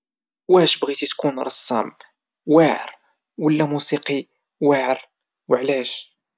واش تبغي تخدم كتبغيها فخدمة الخلاص ديالها قليل ولا خدمة مكتبغيهاش والخلاص ديالها كثير وعلاش؟